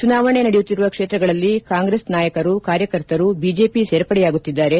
ಚುನಾವಣೆ ನಡೆಯುತ್ತಿರುವ ಕ್ಷೇತ್ರಗಳಲ್ಲಿ ಕಾಂಗ್ರೆಸ್ ನಾಯಕರು ಕಾರ್ಯಕರ್ತರು ಬಿಜೆಪಿ ಸೇರ್ಪಡೆಯಾಗುತ್ತಿದ್ದಾರೆ